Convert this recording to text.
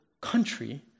country